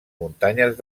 muntanyes